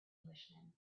englishman